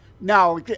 Now